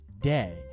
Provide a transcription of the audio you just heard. day